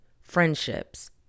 friendships